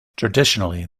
traditionally